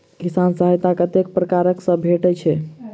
किसान सहायता कतेक पारकर सऽ भेटय छै?